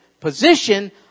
position